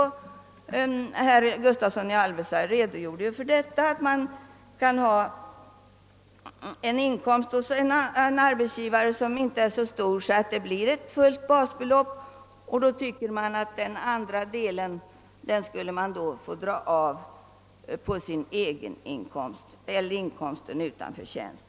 Herr Gustavsson i Alvesta redogjorde för detta och sade att man från en anställning kan ha en inkomst som inte är tillräckligt stor för fullt basbelopp, och då bör man få dra av resten på den inkomst man haft vid sidan av inkomsten av tjänst.